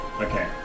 Okay